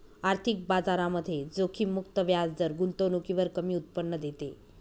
आर्थिक बाजारामध्ये जोखीम मुक्त व्याजदर गुंतवणुकीवर कमी उत्पन्न देते